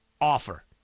offer